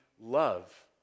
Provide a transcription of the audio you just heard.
love